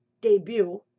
debut